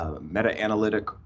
Meta-Analytic